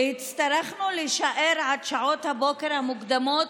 והצטרכנו עד שעות הבוקר המוקדמות,